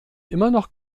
noch